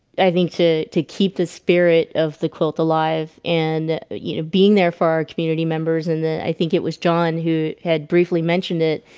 i think to to keep the spirit of the quilt alive and you know being there for our community members and then i think it was john who had briefly mentioned it,